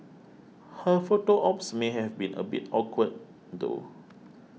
her photo ops may have been a bit awkward though